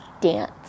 dance